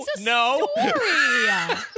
no